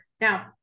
Now